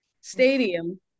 Stadium